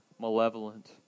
malevolent